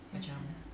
mmhmm